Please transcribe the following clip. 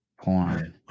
Porn